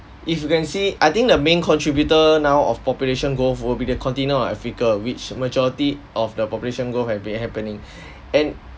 if you can see I think the main contributor now of population growth will be the continent of africa which majority of the population growth have been happening and